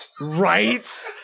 Right